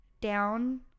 down